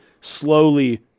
slowly